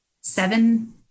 seven